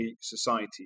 society